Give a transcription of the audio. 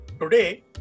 Today